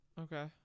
okay